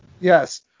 Yes